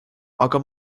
aga